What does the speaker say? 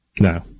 No